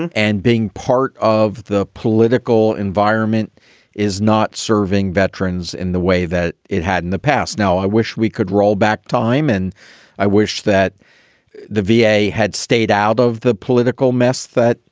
and and being part of the political environment is not serving veterans in the way that it had in the past. now, i wish we could roll back time, and i wish that the v a. had stayed out of the political mess that,